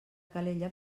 calella